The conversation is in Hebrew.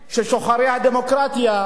שוחרי הדמוקרטיה,